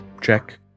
check